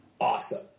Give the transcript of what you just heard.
awesome